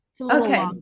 Okay